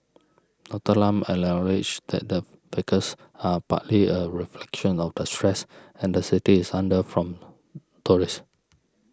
Doctor Lam acknowledges that the fracas are partly a reflection of the stress and the city is under from tourists